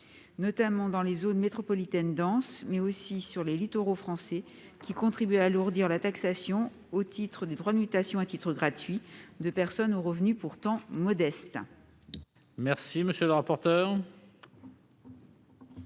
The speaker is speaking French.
notamment dans les zones métropolitaines denses, mais aussi sur les littoraux français, renchérissement qui a contribué à alourdir la taxation, au titre des droits de mutation à titre gratuit, de personnes aux revenus pourtant modestes.